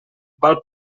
val